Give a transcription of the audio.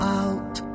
out